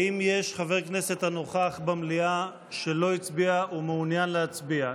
האם יש חבר כנסת הנוכח במליאה שלא הצביע ומעוניין להצביע?